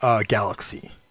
galaxy